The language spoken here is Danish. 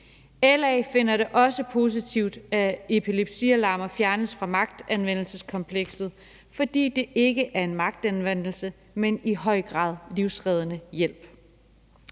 LA finder det også positivt, at epilepsialarmer fjernes fra magtanvendelseskomplekset, fordi brugen af dem ikke er en magtanvendelse, men i høj grad livsreddende hjælp.